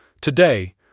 Today